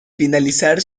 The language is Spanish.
finalizar